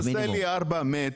חסרים לי ארבעה